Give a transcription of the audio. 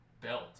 belt